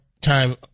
time